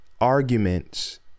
arguments